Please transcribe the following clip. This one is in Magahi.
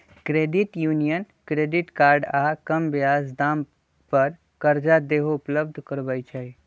क्रेडिट यूनियन क्रेडिट कार्ड आऽ कम ब्याज दाम पर करजा देहो उपलब्ध करबइ छइ